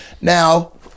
Now